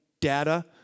data